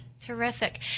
Terrific